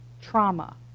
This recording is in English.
trauma